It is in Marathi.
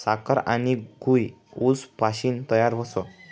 साखर आनी गूय ऊस पाशीन तयार व्हस